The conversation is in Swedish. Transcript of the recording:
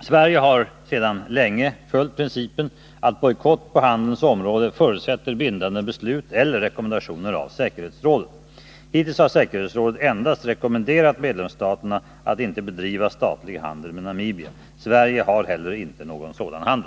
Sverige har sedan länge följt principen att bojkott på handelns område förutsätter bindande beslut eller rekommendationer av säkerhetsrådet. Hittills har säkerhetsrådet endast rekommenderat medlemsstaterna att inte bedriva statlig handel med Namibia. Sverige har heller inte någon sådan handel.